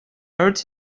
hurts